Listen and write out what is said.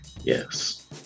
Yes